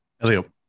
elio